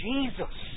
Jesus